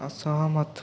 ଅସହମତ